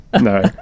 No